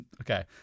okay